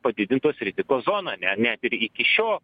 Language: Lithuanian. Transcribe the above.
padidintos rizikos zona ne net ir iki šio